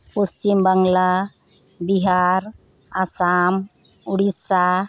Paschim Bangla Bihar Assam Odisha